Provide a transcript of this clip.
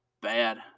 bad